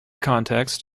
context